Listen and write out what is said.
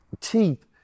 teeth